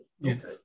Yes